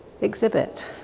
exhibit